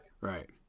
right